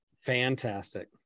fantastic